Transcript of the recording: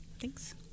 Thanks